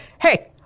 hey